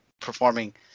performing